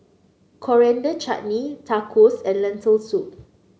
Coriander Chutney Tacos and Lentil Soup